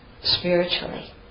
spiritually